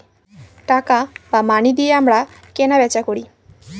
টাকা বা মানি দিয়ে আমরা কেনা বেচা করি